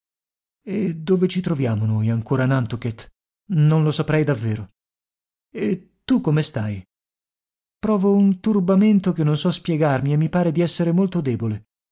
e dove ci troviamo noi ancora a nantucket non lo saprei davvero e tu come stai provo un turbamento che non so spiegarmi e mi pare di essere molto debole